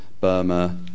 Burma